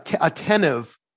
attentive